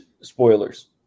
spoilers